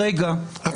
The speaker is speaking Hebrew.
לא.